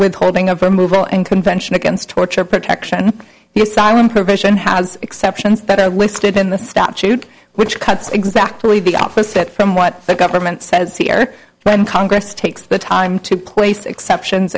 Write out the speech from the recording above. withholding of removal and convention against torture protection here simon provision has exceptions that are listed in the statute which cuts exactly the opposite from what the government says here when congress takes the time to place exceptions